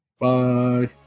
Bye